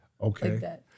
Okay